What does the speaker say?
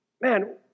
man